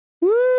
Woo